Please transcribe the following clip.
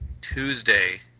Tuesday